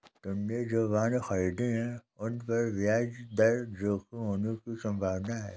तुमने जो बॉन्ड खरीदे हैं, उन पर ब्याज दर जोखिम होने की संभावना है